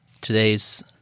Today's